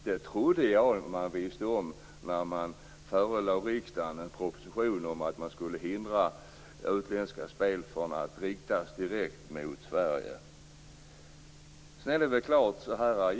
Det trodde jag att man visste när man förelade riksdagen en proposition om att förbjuda utländska spel direkt riktade till Sverige.